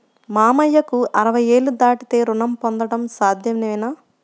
మామయ్యకు అరవై ఏళ్లు దాటితే రుణం పొందడం సాధ్యమేనా?